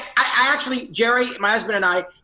i actually, jerry, my husband and i,